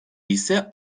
ise